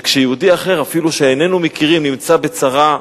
כשיהודי אחר, אפילו שאיננו מכירים, נמצא בצרה,